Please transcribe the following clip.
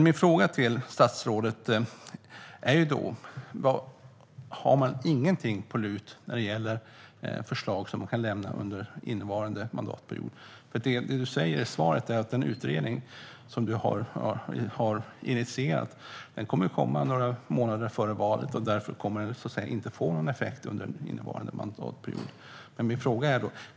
Min fråga till stadsrådet är då: Har man ingenting på lut när det gäller förslag under innevarande mandatperiod? Du säger i svaret att den utredning som du har initierat kommer att redovisas några månader före valet. Därför kommer den inte att få någon effekt under innevarande mandatperiod.